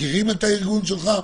מכירים את הארגון שלך?